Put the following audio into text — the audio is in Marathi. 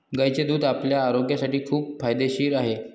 गायीचे दूध आपल्या आरोग्यासाठी खूप फायदेशीर आहे